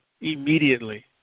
immediately